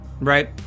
right